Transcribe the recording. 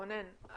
רונן,